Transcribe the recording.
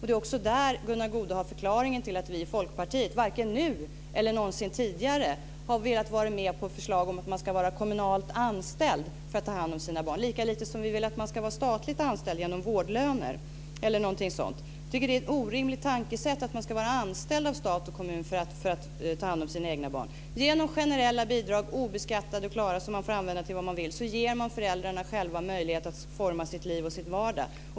Det är också där Gunnar Goude har förklaringen till att vi i Folkpartiet varken nu eller någonsin tidigare har velat vara med på förslag om att man ska vara kommunalt anställd för att ta hand om sina barn, lika lite som vi velat att man ska vara statligt anställd genom vårdlöner eller någonting sådan. Vi tycker att det är ett orimligt tankesätt att man ska vara anställd av stat och kommun för att ta hand om sina egna barn. Genom generella bidrag, obeskattade och klara, som man får använda till vad man vill ger man föräldrarna själva möjlighet att forma sitt liv och sin vardag.